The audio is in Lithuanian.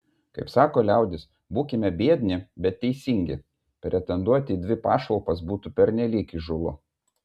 kaip sako liaudis būkime biedni bet teisingi pretenduoti į dvi pašalpas būtų pernelyg įžūlu